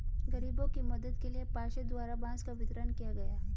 गरीबों के मदद के लिए पार्षद द्वारा बांस का वितरण किया गया